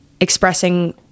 expressing